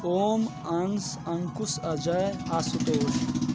Om Ansh Ankush Ajay Ashutosh